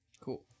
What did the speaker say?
Cool